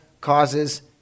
causes